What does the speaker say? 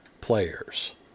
players